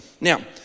Now